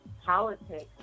politics